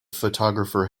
photographer